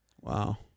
Wow